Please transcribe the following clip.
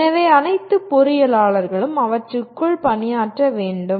எனவே அனைத்து பொறியியலாளர்களும் அவற்றுக்குள் பணியாற்ற வேண்டும்